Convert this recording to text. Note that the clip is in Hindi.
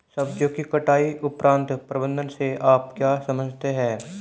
सब्जियों की कटाई उपरांत प्रबंधन से आप क्या समझते हैं?